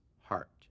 heart